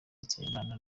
nsabimana